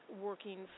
working